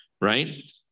right